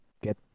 Get